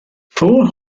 four